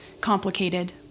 complicated